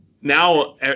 now